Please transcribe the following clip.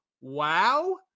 wow